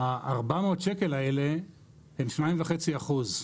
ה-400 ₪ האלה הם 2.5 אחוז,